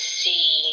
see